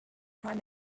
prime